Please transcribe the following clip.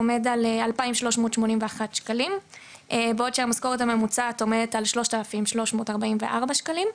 עומדים כל כ-2,381 ₪ וזאת בעוד שהמשכורת הממוצעת עומדת על 3,344 ₪,